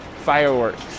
fireworks